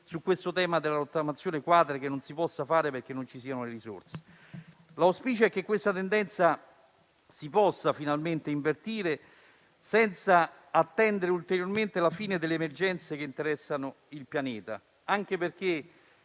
convinto che la rottamazione-*quater* non si possa fare perché non ci sono le risorse. L'auspicio è che la tendenza si possa finalmente invertire, senza attendere ulteriormente la fine delle emergenze che interessano il pianeta, anche perché,